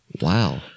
wow